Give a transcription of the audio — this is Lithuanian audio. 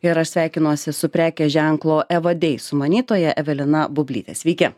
ir aš sveikinuosi su prekės ženklo evadei sumanytoja evelina bublyte sveiki